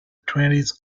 twenties